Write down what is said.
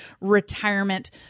retirement